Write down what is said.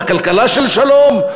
כלכלה של שלום,